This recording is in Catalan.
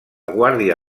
guàrdia